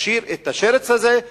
תכשיר את השרץ הזה.